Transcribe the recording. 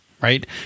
right